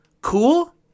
cool